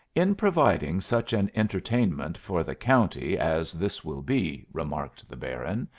in providing such an entertainment for the county as this will be, remarked the baron,